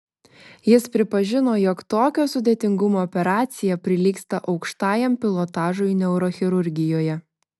jis pripažino jog tokio sudėtingumo operacija prilygsta aukštajam pilotažui neurochirurgijoje